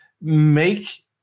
make